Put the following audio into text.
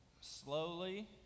slowly